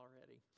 already